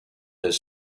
has